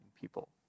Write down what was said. people